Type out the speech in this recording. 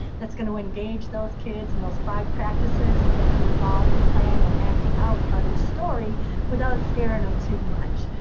that's going to engage those kids, and those five practices. and get them involved in playing and acting out part of the story without scaring them too much.